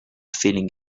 feeling